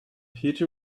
heather